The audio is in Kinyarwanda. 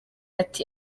ati